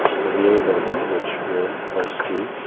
so the a building, which we're close to.